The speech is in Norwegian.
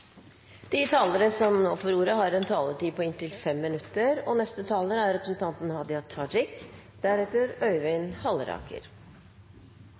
De talere som heretter får ordet, har en taletid på inntil 3 minutter. Jeg er glad for de presiseringene som en samlet helse- og